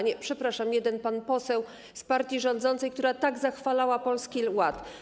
Nie, przepraszam, jest jeden pan poseł z partii rządzącej, która tak zachwalała Polski Ład.